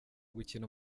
gukina